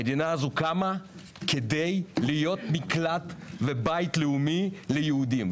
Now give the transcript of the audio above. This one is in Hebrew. המדינה הזו קמה כדי להיות מקלט ובית לאומי ליהודים,